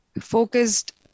focused